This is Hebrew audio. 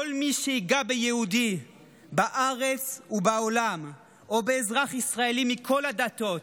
כל מי שייגע ביהודי בארץ ובעולם או באזרח ישראלי מכל הדתות,